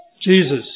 Jesus